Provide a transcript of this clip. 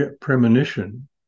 premonition